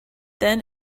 then